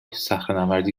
صخرهنوردی